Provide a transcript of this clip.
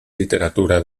literatura